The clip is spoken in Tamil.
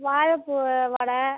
வாழைப்பூ வடை